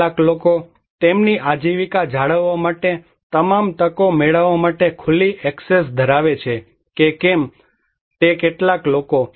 કેટલાક લોકો તેમની આજીવિકા જાળવવા માટે તમામ તકો મેળવવા માટે ખુલ્લી એક્સેસ ધરાવે છે કે કેમ તે કેટલાક લોકો